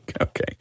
Okay